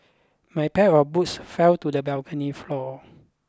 my pair of boots fell to the balcony floor